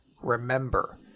remember